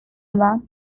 yma